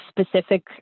specific